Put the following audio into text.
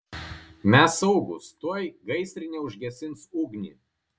mes saugūs tuoj gaisrinė užgesins ugnį